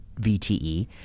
VTE